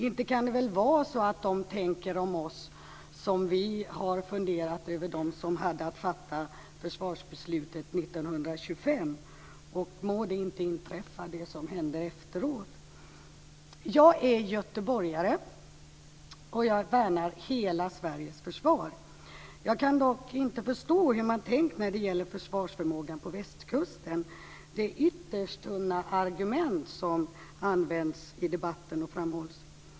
Inte kan det väl vara så att de tänker om oss som vi funderade över dem som hade att fatta försvarsbeslutet 1925. Må det inte inträffa som hände efteråt! Jag är göteborgare, och jag värnar hela Sveriges försvar. Jag kan dock inte förstå hur man har tänkt när det gäller försvarsförmågan på västkusten. Det är ytterst tunna argument som används och framhålls i debatten.